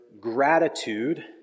gratitude